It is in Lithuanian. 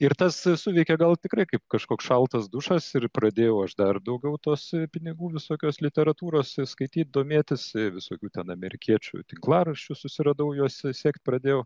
ir tas su suteikė gal tikrai kaip kažkoks šaltas dušas ir pradėjau aš dar daugiau tos pinigų visokios literatūros skaityt domėtis visokių ten amerikiečių tinklaraščių susiradau juos sekt pradėjau